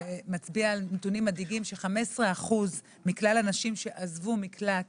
ומצביע על נתונים מדאיגים ש-15% מכלל הנשים שעזבו מקלט